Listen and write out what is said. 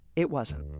it wasn't